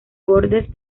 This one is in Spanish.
bordes